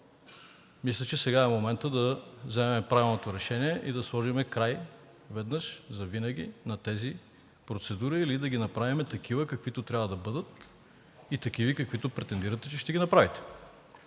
мисля, че сега е моментът да вземем правилното решение и да сложим край веднъж завинаги на тези процедури или да ги направим такива, каквито трябва да бъдат, и такива, каквито претендирате, че ще ги направите.